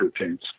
routines